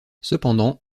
cependant